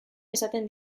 esaten